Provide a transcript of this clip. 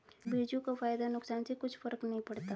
बिरजू को फायदा नुकसान से कुछ फर्क नहीं पड़ता